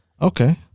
Okay